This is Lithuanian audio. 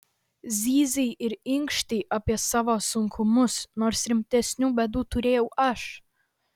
zyzei ir inkštei apie savo sunkumus nors rimtesnių bėdų turėjau aš